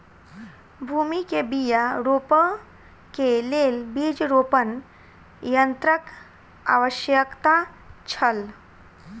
भूमि में बीया रोपअ के लेल बीज रोपण यन्त्रक आवश्यकता छल